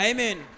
Amen